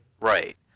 Right